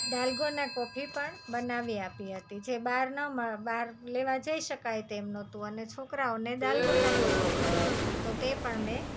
dalgona coffee પણ બનાવી આપી હતી જે બહાર ન બહાર લેવા જઈ શકાય તેમ નહોતું અને છોકરાઓને દાલગોના કોફી પીવી હતી તો તે પણ મેં